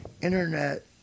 internet